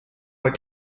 were